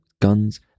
guns